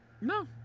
No